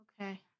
Okay